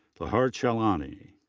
lehar chellani.